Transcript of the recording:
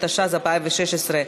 התשע"ז 2016,